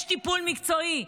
יש טיפול מקצועי,